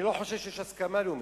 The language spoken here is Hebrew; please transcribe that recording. אני לא חושב שיש הסכמה לאומית.